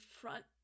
front